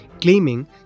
claiming